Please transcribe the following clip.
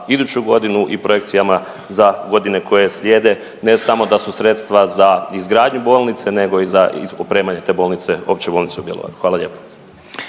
iduću godinu i projekcijama za godine koje slijede ne samo da su sredstva za izgradnju bolnice nego i za opremanje te Opće bolnice u Bjelovaru. Hvala lijepo